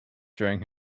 during